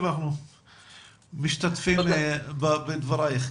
אנחנו משתתפים בדברייך.